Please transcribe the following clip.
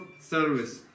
service